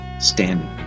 standing